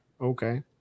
Okay